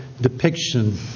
depiction